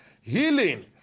Healing